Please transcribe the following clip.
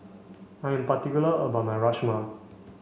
I'm particular about my Rajma